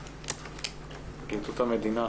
פרקליטות המדינה.